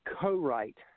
co-write